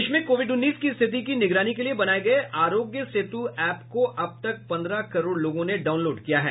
देश में कोविड उन्नीस की स्थिति की निगरानी के लिए बनाये गये आरोग्य सेतु एप को अब तक पन्द्रह करोड़ लोगों ने डाउनलोड किया है